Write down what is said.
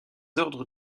ordres